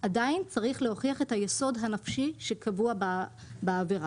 עדיין צריך להוכיח את היסוד הנפשי שקבוע בעבירה.